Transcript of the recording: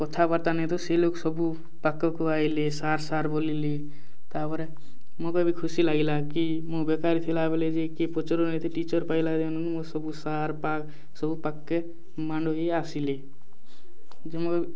କଥାବାର୍ତ୍ତା ନାଇଁ ହେଉଥାଇ ସେ ଲୋକ୍ ସବୁ ପାଖକୁ ଆଇଲେ ସାର୍ ସାର୍ ବୋଲିଲେ ତା'ର୍ପରେ ମୋକେ ବି ଖୁସି ଲାଗିଲା କି ମୁଁ ବେକାରୀ ଥିଲାବେଲେ ଯେ କିଏ ପଚ୍ରଉ ନାଇଁଥାଇ ଟିଚର୍ ପାଇଲା ଦିନୁ ମୁଁ ସବୁ ସାର୍ ଫାର୍ ସବୁ ପାଖ୍କେ ମାନଇ ଆସିଲେ ଯେ ମୋକେ